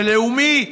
ולאומי,